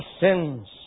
sins